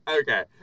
Okay